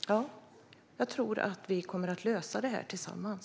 detta. Jag tror att vi kommer att lösa det här tillsammans.